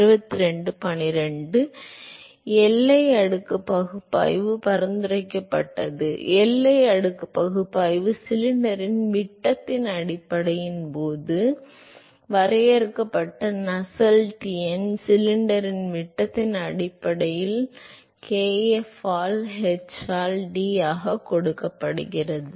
எனவே எல்லை அடுக்கு பகுப்பாய்வு பரிந்துரைக்கப்பட்டது எல்லை அடுக்கு பகுப்பாய்வு சிலிண்டரின் விட்டத்தின் அடிப்படையில் இப்போது வரையறுக்கப்பட்டுள்ள நசெல்ட் எண் சிலிண்டரின் விட்டத்தின் அடிப்படையில் வரையறுக்கப்பட்ட kf ஆல் h ஆல் d ஆக கொடுக்கப்படுகிறது